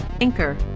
Anchor